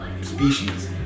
species